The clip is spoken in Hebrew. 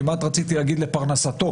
כמעט רציתי להגיד לפרנסתו.